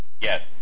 Yes